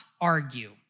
argue